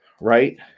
Right